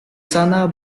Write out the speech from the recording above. sana